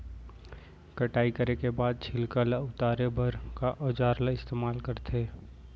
कटाई करे के बाद छिलका ल उतारे बर का औजार ल इस्तेमाल करथे?